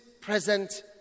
present